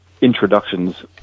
introductions